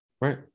right